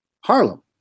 Harlem